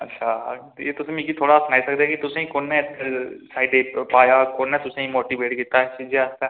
अच्छा ते इक तुस मिकी थोह्ड़ा सनाई सकदे कि तुसें ई कु'न्नै इस साइडै पर पाया कु'न तुसें ई मोटिवेट कीता ऐ इस चीजै आस्तै